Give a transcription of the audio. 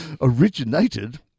originated